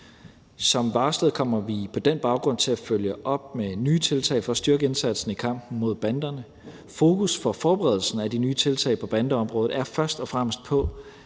Som varslet kommer vi på den baggrund til at følge op med nye tiltag for at styrke indsatsen i kampen mod banderne. Fokus for forberedelsen af de nye tiltag på bandeområdet er først og fremmest på